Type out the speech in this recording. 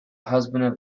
husband